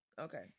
Okay